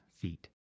feet